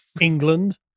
England